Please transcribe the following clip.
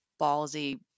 ballsy